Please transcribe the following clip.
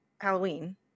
Halloween